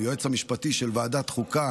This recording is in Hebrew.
ליועץ המשפטי של ועדת חוקה,